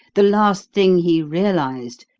the last thing he realised,